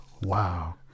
wow